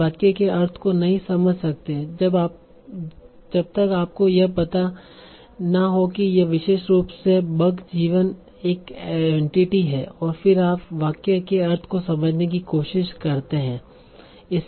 आप वाक्य के अर्थ को नहीं समझ सकते हैं जब तक आपको यह पता ना होकि यह विशेष रूप से बग जीवन एक एंटिटी है और फिर आप वाक्य के अर्थ को समझने की कोशिश करते हैं